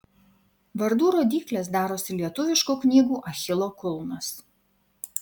vardų rodyklės darosi lietuviškų knygų achilo kulnas